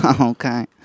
Okay